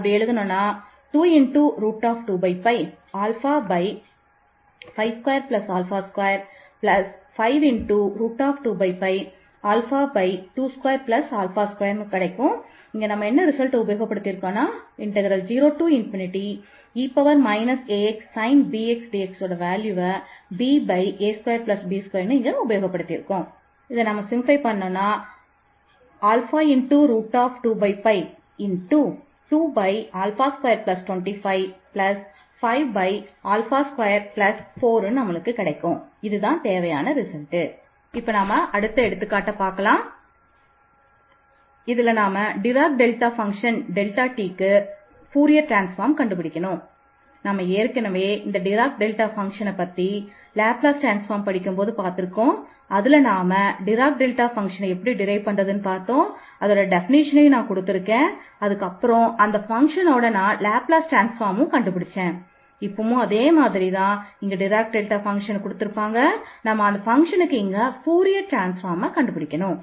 ∴Fc2e 5x5e 2x2Fce 5x5Fce 2x2252525222221021225124 இப்பொழுது இந்த ஃபங்க்ஷனுக்கு எனவே Fs2e 5x5e 2x2Fse 5x5Fse 2x Fse ax22a2 என்று நமக்குத் தெரியும்